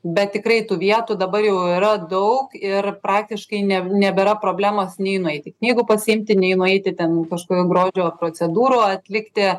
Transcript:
bet tikrai tų vietų dabar jau yra daug ir praktiškai ne nebėra problemos nei nueiti knygų pasiimti nei nueiti ten kažkokių grožio procedūrų atlikti